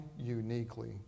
uniquely